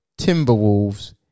Timberwolves